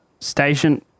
station